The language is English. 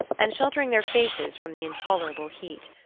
and sheltering their faces from the intolerable heat.